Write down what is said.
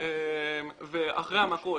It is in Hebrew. אחרי המכות